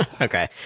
Okay